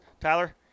Tyler